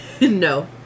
No